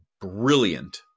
brilliant